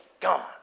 Gone